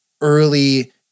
early